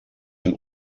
dem